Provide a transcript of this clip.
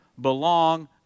belong